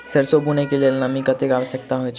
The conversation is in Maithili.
सैरसो बुनय कऽ लेल नमी कतेक आवश्यक होइ छै?